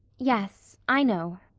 yes, i know,